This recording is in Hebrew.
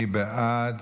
מי בעד?